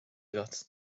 agat